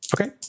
Okay